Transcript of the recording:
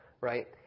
right